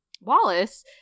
Wallace